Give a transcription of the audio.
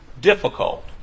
difficult